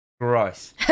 Gross